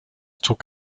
took